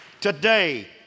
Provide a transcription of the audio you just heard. today